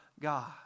God